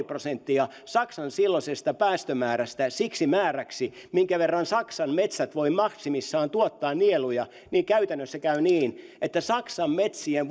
prosenttia saksan silloisesta päästömäärästä siksi määräksi minkä verran saksan metsät voivat maksimissaan tuottaa nieluja niin käytännössä käy niin että saksan metsien